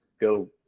go